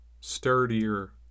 sturdier